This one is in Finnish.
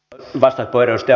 arvoisa puhemies